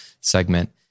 segment